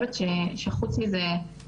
במחשב שלי,